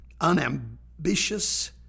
unambitious